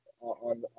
on